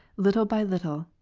little by little,